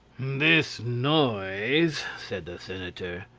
this noise, said the senator,